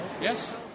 Yes